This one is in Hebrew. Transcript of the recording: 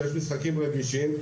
כשיש משחקים רגישים,